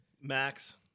Max